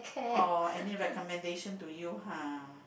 oh any recommendation to you !huh!